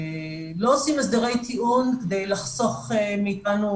אנחנו לא עושים הסדרי טיעון כדי לחסוך מאתנו